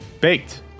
Baked